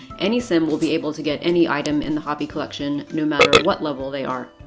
any sim will be able to get any item in the hobby collection, no matter what level they are.